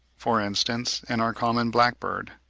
for instance, in our common blackbird.